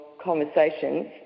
conversations